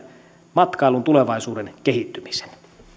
matkailumme tulevaisuuden kehittymisen